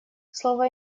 слово